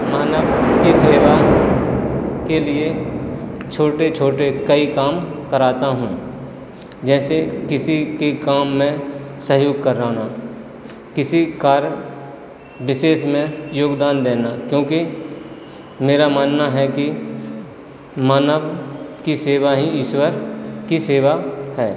मानव की सेवा के लिए छोटे छोटे कई काम कराता हूँ जैसे किसी के काम में सहयोग कराना किसी कार्य विशेष में योगदान देना क्योंकि मेरा मानना है कि मानव की सेवा ही ईश्वर की सेवा है